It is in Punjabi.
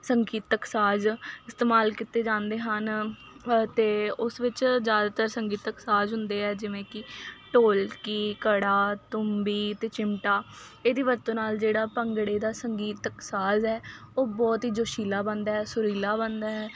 ਸੰਗੀਤਕ ਸਾਜ ਇਸਤੇਮਾਲ ਕੀਤੇ ਜਾਂਦੇ ਹਨ ਅਤੇ ਉਸ ਵਿੱਚ ਜ਼ਿਆਦਾਤਰ ਸੰਗੀਤਕ ਸਾਜ ਹੁੰਦੇ ਆ ਜਿਵੇਂ ਕਿ ਢੋਲਕੀ ਘੜਾ ਤੁੰਬੀ ਅਤੇ ਚਿਮਟਾ ਇਹਦੀ ਵਰਤੋਂ ਨਾਲ ਜਿਹੜਾ ਭੰਗੜੇ ਦਾ ਸੰਗੀਤਕ ਸਾਜ ਹੈ ਉਹ ਬਹੁਤ ਹੀ ਜੋਸ਼ੀਲਾ ਬਣਦਾ ਸੁਰੀਲਾ ਬਣਦਾ ਹੈ